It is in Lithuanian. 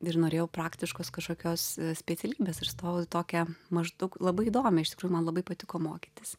ir norėjau praktiškos kažkokios specialybės ir stojau į tokią maždaug labai įdomiai iš tikrųjų man labai patiko mokytis